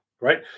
right